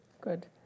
Good